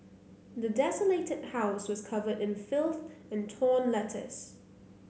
the desolated house was covered in filth and torn letters